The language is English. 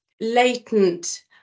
latent